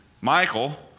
Michael